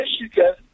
Michigan